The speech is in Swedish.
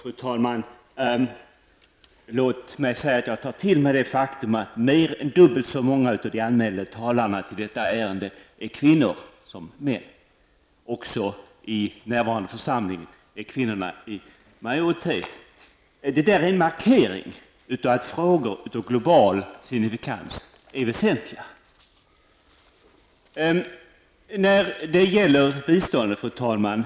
Fru talman! Låt mig säga att jag tar till mig det faktum att mer än dubbelt så många kvinnor som män har anmält sig till debatten i detta ärende. Även i den närvarande församlingen är kvinnorna i majoritet. Det är en markering av att frågor av global signifikans är väsentliga. Fru talman!